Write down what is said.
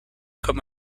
comme